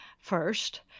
first